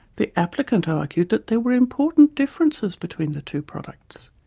the applicant argued that there were important differences between the two products.